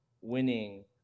winning